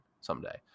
someday